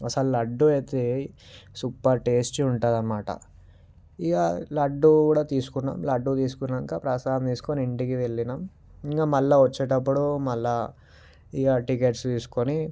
అసలు లడ్డు అయితే super tasty ఉంటదన్నమాట ఇక లడ్డూ కూడా తీసుకున్నారు లడ్డు తీసుకున్నాక ప్రసాదం తీసుకుని ఇంటికి వెళ్ళాము ఇంకా మళ్ళీ వచ్చేటప్పుడు ఇక టికెట్స్ తీసుకొని